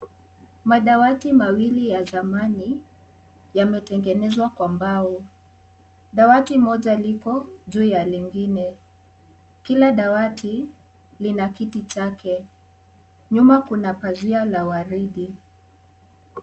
Madawati mawili ya zamani yametengenezwa kwa mbao, dawati moja liko juu la lingine, kila dawati lina kiti chake, nyuma kuna pazia la waridi.